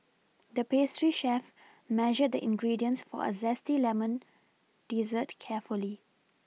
the pastry chef measured the ingredients for a zesty lemon dessert carefully